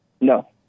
No